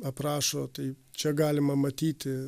aprašo taip čia galima matyti